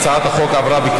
אגב, למרות שהעברנו את חוק